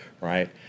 right